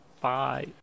Bye